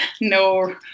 No